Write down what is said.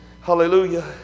Hallelujah